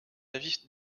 avis